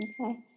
Okay